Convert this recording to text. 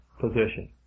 position